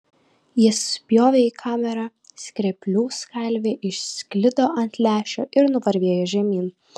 jis spjovė į kamerą skreplių salvė išsklido ant lęšio ir nuvarvėjo žemyn